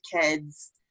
kids